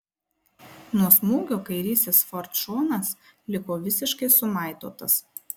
nuo smūgio kairysis ford šonas liko visiškai sumaitotas